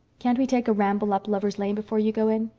can't we take a ramble up lovers' lane before you go in?